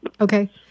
Okay